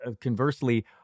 conversely